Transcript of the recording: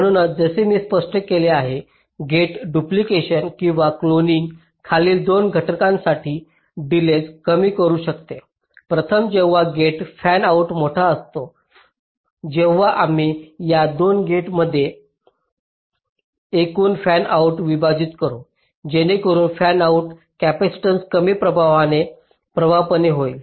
म्हणूनच जसे मी स्पष्ट केले आहे गेट डुप्लिकेशन किंवा क्लोनिंग खालील 2 घटनांसाठी डिलेज कमी करू शकते प्रथम जेव्हा गेट फॅनआउट मोठा असतो तेव्हा आम्ही या दोन गेटमध्ये एकूण फॅनआउट विभाजित करू जेणेकरून फॅनआउट कॅपेसिटन्स कमी प्रभावीपणे होईल